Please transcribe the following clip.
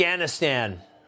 Afghanistan